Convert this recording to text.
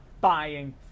buying